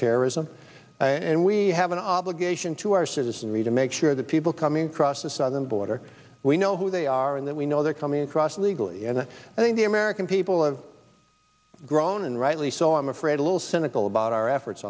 terrorism and we have an obligation to our citizenry to make sure that people coming across the southern border we know who they are and that we know they're coming across illegally and i think the american people have grown and rightly so i'm afraid a little cynical about our efforts